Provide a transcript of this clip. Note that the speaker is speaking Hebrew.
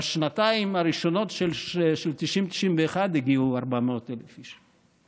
בשנתיים הראשונות, 1991-1990, הגיעו 400,000 איש.